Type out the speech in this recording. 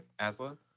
asla